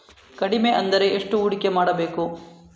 ಕಡಿಮೆ ಎಂದರೆ ಎಷ್ಟು ಹೂಡಿಕೆ ಮಾಡಬೇಕು?